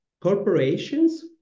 corporations